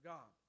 God